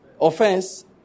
offense